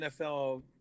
nfl